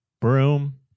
Broom